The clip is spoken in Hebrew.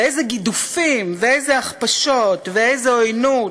ואיזה גידופים, ואיזה הכפשות, ואיזה עוינות.